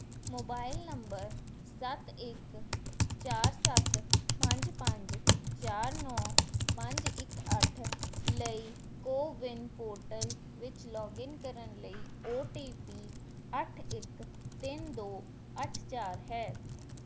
mobile number ਸੱਤ ਇੱਕ ਚਾਰ ਸੱਤ ਪੰਜ ਪੰਜ ਚਾਰ ਨੌਂ ਪੰਜ ਇੱਕ ਅੱਠ ਲਈ ਕੋਵਿਨ ਪੋਰਟਲ ਵਿੱਚ ਲੌਗਇਨ ਕਰਨ ਲਈ ਓ ਟੀ ਪੀ ਅੱਠ ਇੱਕ ਤਿੰਨ ਦੋ ਅੱਠ ਚਾਰ ਹੈ